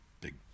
big